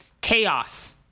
chaos